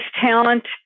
talent